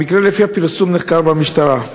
המקרה, לפי הפרסום, נחקר במשטרה.